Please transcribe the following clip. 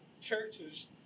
churches